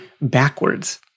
backwards